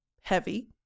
heavy